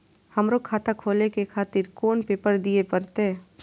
हमरो खाता खोले के खातिर कोन पेपर दीये परतें?